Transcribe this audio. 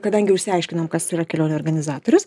kadangi jau išsiaiškinom kas yra kelionių organizatorius